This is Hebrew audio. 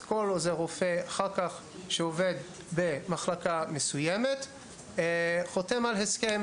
כל עוזר רופא שעובד במחלקה מסוימת חותם על הסכם